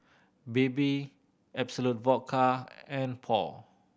Bebe Absolut Vodka and Paul